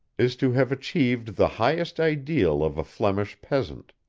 is to have achieved the highest ideal of a flemish peasant